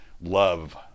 love